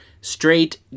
straight